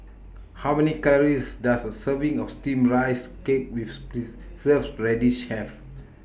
How Many Calories Does A Serving of Steamed Rice Cake with Preserved Radish Have